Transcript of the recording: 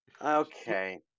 Okay